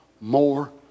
more